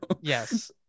Yes